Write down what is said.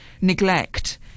neglect